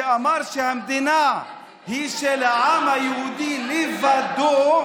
שאמר שהמדינה היא של העם היהודי לבדו,